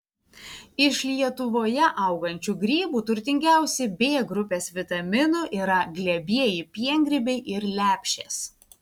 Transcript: iš lietuvoje augančių grybų turtingiausi b grupės vitaminų yra glebieji piengrybiai ir lepšės